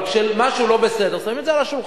אבל כשמשהו לא בסדר, שמים את זה על השולחן.